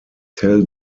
tell